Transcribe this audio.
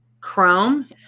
Chrome